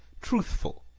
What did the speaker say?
truthful,